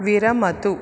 विरमतु